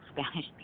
spanish